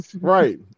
Right